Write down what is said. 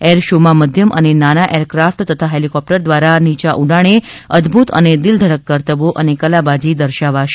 air શોમાં મધ્યમ અને નાના એરક્રાફટ તથા હેલીકોપ્ટર દ્વારા નીચા ઉડાણે અદભૂત અને દિલધડક કરતબી અને કલાબાજી દર્શાવાશે